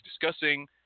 discussing